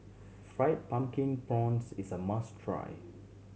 Fried Pumpkin Prawns is a must try